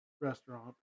restaurant